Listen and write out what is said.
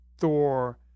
Thor